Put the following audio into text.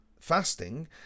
fasting